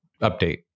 update